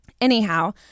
Anyhow